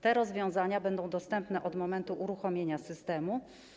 Te rozwiązania będą dostępne od momentu uruchomienia systemu.